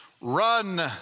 run